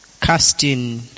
Casting